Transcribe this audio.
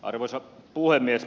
arvoisa puhemies